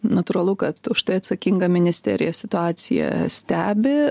natūralu kad už tai atsakinga ministerija situaciją stebi